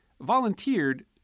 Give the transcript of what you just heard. volunteered